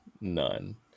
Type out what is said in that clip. none